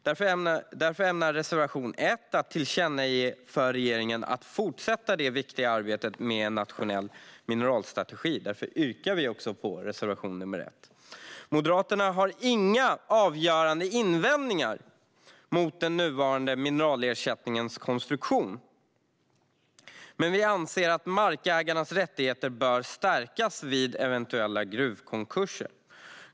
Därför tillkännager vi i reservation 1 för regeringen att man ska fortsätta det viktiga arbetet med den nationella mineralstrategin, och därför yrkar vi också bifall till reservation 1. Moderaterna har inga avgörande invändningar mot den nuvarande mineralersättningens konstruktion. Vi anser dock att markägarnas rättigheter bör stärkas vid eventuella gruvkonkurser.